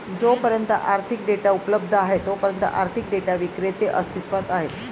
जोपर्यंत आर्थिक डेटा उपलब्ध आहे तोपर्यंत आर्थिक डेटा विक्रेते अस्तित्वात आहेत